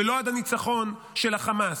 ולא עד הניצחון של החמאס,